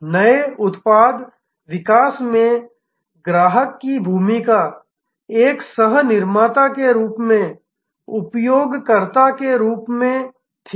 नए उत्पाद विकास में ग्राहक की भूमिका एक सह निर्माता के रूप में उपयोगकर्ता के रूप में थी